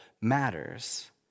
matters